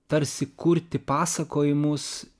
tarsi kurti pasakojimus